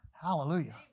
hallelujah